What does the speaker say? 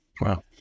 Wow